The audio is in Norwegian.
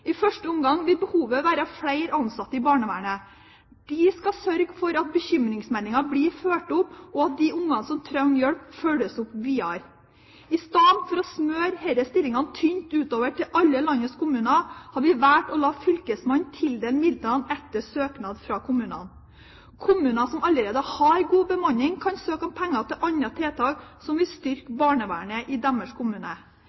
I første omgang vil behovet være flere ansatte i barnevernet. Disse skal sørge for at bekymringsmeldinger blir fulgt opp, og at de barna som trenger hjelp, følges opp videre. I stedet for å smøre disse stillingene tynt utover til alle landets kommuner har vi valgt å la fylkesmannen tildele midler etter søknad fra kommunene. Kommuner som allerede har god bemanning, kan søke om penger til andre tiltak som vil